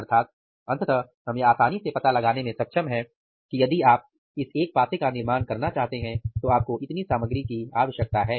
अर्थात अंततः हम यह आसानी से पता लगाने में सक्षम हैं कि यदि आप इस एक पासे का निर्माण करना चाहते हैं तो आपको इतनी सामग्री की आवश्यकता है